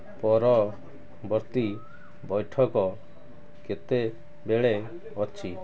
ପରବର୍ତ୍ତୀ ବୈଠକ କେତେବେଳେ ଅଛି